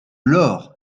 l’or